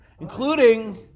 including